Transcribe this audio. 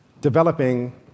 developing